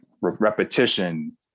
repetition